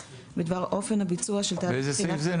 בדבר אופן הביצוע של תהליך בחינת --- באיזה סעיף זה,